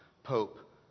Pope